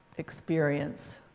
experience.